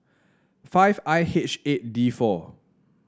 five I H eight D four